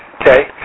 Okay